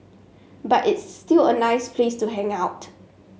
but it's still a nice place to hang out